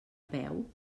peu